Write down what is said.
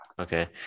Okay